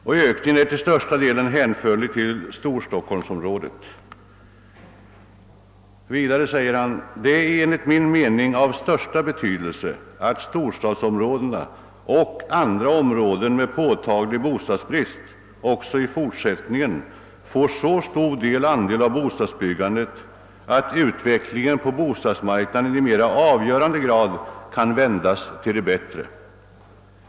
Ök ningen är till största delen hänförlig till storstockholmsområdet. Vidare säger han: »Det är enligt min mening av största betydelse att storstadsområdena och andra områden med påtaglig bostadsbrist också i fortsättningen får så stor andel av bostadsbyggandet att utvecklingen på bostadsmarknaden i mera avgörande grad kan vändas till det bättre.